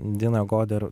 dina goder